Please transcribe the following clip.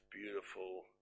beautiful